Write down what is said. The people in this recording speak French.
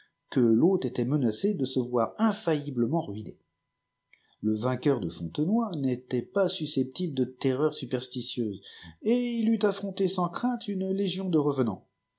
que l'hôte était menacé de se voir infailliblement ruiné le vainqueur de fohtenoy n'était pas susceptible de terreurs superstitieuses et il eiit affronté sans crainte une légion de revenants